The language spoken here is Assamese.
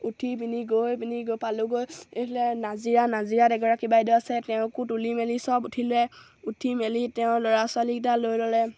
উঠি পিনি গৈ পিনি গৈ পালোঁগৈ এইফালে নাজিৰা নাজিৰাত এগৰাকী বাইদেউ আছে তেওঁকো তুলি মেলি সব উঠিলে উঠি মেলি তেওঁ ল'ৰা ছোৱালীকেইটা লৈ ল'লে